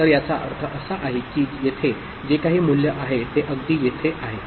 तर याचा अर्थ असा आहे की येथे जे काही मूल्य आहे ते अगदी येथे आहे